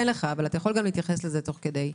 אבל אתה יכול גם להתייחס לזה תוך כדי.